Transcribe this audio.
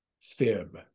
fib